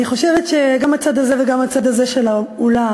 אני חושבת שגם הצד הזה וגם הצד הזה של האולם